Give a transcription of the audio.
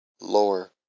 lower